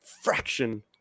fraction